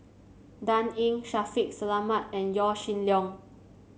Dan Ying Shaffiq Selamat and Yaw Shin Leong